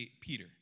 Peter